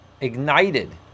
ignited